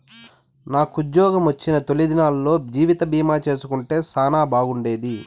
నాకుజ్జోగమొచ్చిన తొలి దినాల్లో జీవితబీమా చేసుంటే సానా బాగుండేది